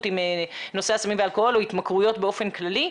עם נושא הסמים והאלכוהול או התמכרויות באופן כללי,